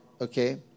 Okay